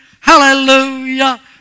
hallelujah